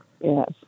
yes